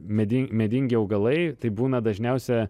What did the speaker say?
medin medingi augalai tai būna dažniausia